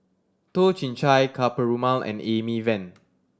Toh Chin Chye Ka Perumal and Amy Van